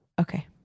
Okay